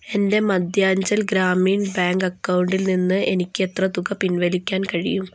എൻ്റെ മധ്യാഞ്ചൽ ഗ്രാമീൺ ബാങ്ക് അക്കൗണ്ടിൽ നിന്ന് എനിക്ക് എത്ര തുക പിൻവലിക്കാൻ കഴിയും